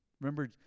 remember